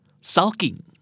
Sulking